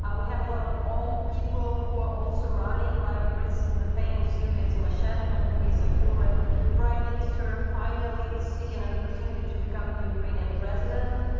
we have a lot of all people who are also running, like for instance the famous yulia tymoshenko, who is a former prime minister, finally is seeking an opportunity to become the ukrainian president.